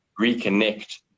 reconnect